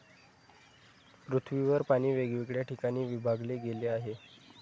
पृथ्वीवर पाणी वेगवेगळ्या ठिकाणी विभागले गेले आहे